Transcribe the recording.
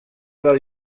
del